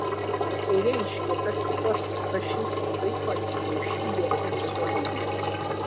ar tai reiškia kad postfašizmu laikote jau šių dienų visuomenę